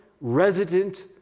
resident